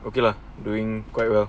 okay lah doing quite well